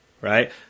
right